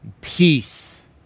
peace